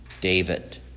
David